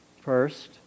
first